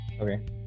Okay